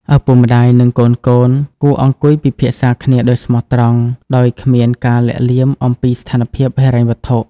ឪពុកម្ដាយ និងកូនៗគួរអង្គុយពិភាក្សាគ្នាដោយស្មោះត្រង់ ដោយគ្មានការលាក់លៀមអំពីស្ថានភាពហិរញ្ញវត្ថុ។